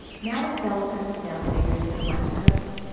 now excel will print the sales figures for the west coast,